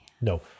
No